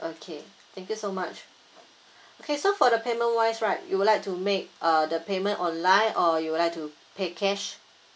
okay thank you so much okay so for the payment wise right you'd like to make uh the payment online or you'd like to pay cash